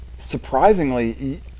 surprisingly